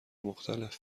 مختلف